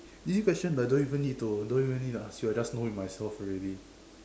this question like don't even need to don't even need to ask you I just know it myself already